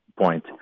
point